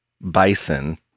bison